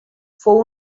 fou